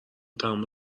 تمام